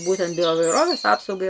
būtent dėl įvairovės apsaugai